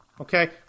Okay